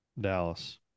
Dallas